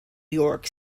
york